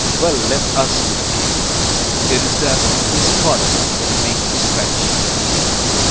well, let us to the king there is that in this fardel will make him scratch his beard!